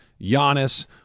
Giannis